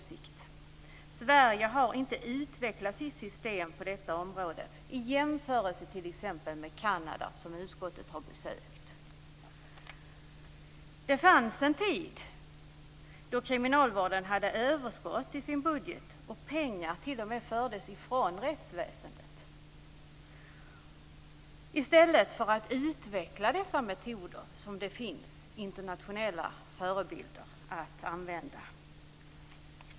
Sverige har inte utvecklat sitt system på detta område i jämförelse med t.ex. Kanada som utskottet har besökt. Det fanns en tid då kriminalvården hade överskott i sin budget och pengar t.o.m. fördes från rättsväsendet i stället för att man utvecklade de metoder som det finns internationella förebilder av.